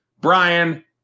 Brian